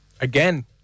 Again